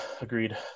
agreed